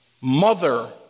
mother